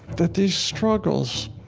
that these struggles